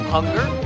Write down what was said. Hunger